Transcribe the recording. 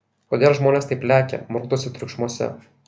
kodėl žmonės taip lekia murkdosi triukšmuose